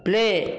play